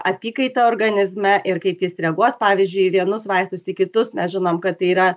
apykaita organizme ir kaip jis reaguos pavyzdžiui į vienus vaistus į kitus mes žinom kad tai yra